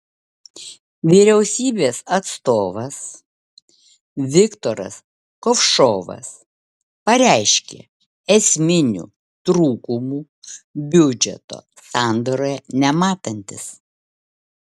vyriausybės atstovas viktoras kovšovas pareiškė esminių trūkumų biudžeto sandaroje nematantis